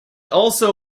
also